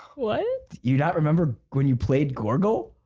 what you not remembered when you played gorgo?